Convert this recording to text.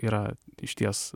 yra išties